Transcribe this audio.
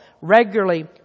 regularly